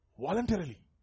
Voluntarily